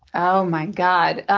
oh, my god.